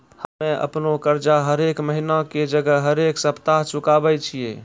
हम्मे अपनो कर्जा हरेक महिना के जगह हरेक सप्ताह चुकाबै छियै